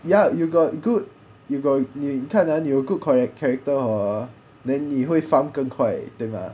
ya you got good you got 你看 ah 你有 good charac~ character hor then 你会 farm 更快对吗